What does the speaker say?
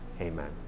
Amen